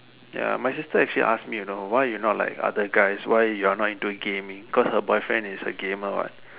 ya my sister actually ask me you know why you not like other guys why you're not into gaming cause her boyfriend is a gamer what